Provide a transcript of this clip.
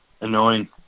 Annoying